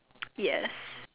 yes